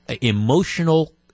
emotional